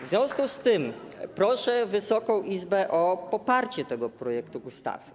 W związku z tym proszę Wysoką Izbę o poparcie tego projektu ustawy.